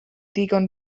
ddigon